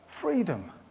Freedom